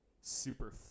super